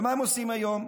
ומה הם עושים היום?